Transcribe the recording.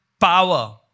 power